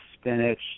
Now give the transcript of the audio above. spinach